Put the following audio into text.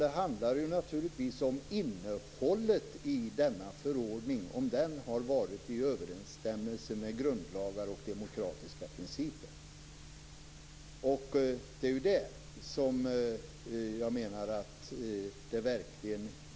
Det handlar naturligtvis om ifall innehållet i denna förordning har varit i överensstämmelse med grundlagar och demokratiska principer. Det är där det brister.